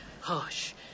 Hush